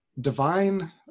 divine